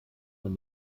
man